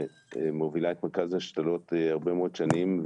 שמובילה את מרכז ההשתלות הרבה מאוד שנים,